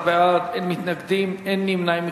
11 בעד, אין מתנגדים, אין נמנעים.